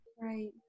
right